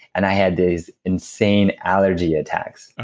and i had these insane allergy attacks.